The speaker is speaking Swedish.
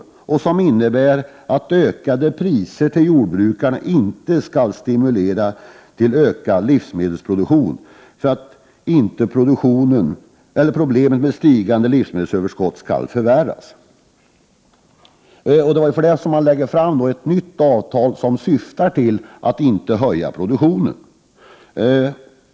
Det avtalet innebär att ökade priser till jordbrukarna inte skall stimulera ökad livsmedelsproduktion för att problemet med stigande livsmedelsöverskott därigenom inte skall förvärras. Det var därför som ett förslag till nytt avtal framlades som syftade till att produktionen inte skulle öka.